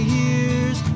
years